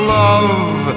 love